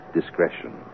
discretion